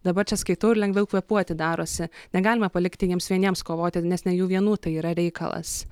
dabar čia skaitau ir lengviau kvėpuoti darosi negalima palikti jiems vieniems kovoti nes ne jų vienų tai yra reikalas